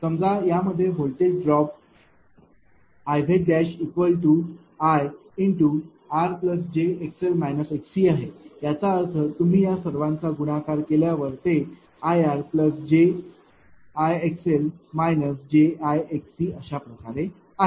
समजा यामध्ये voltage drop IZIrjxl xcआहे याचा अर्थ तुम्ही या सर्वांचा गुणाकार केल्यावर ते Ir jIxl jIxcअशाप्रकारे आहे